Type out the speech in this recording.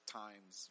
times